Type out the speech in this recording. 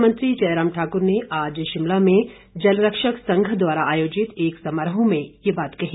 मुख्यमंत्री जयराम ठाकर ने आज शिमला में जलरक्षक संघ द्वारा आयोजित एक समारोह में ये बात कही